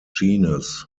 genus